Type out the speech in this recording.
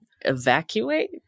Evacuate